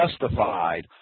justified